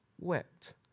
wept